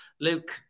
Luke